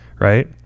right